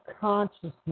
consciousness